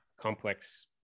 complex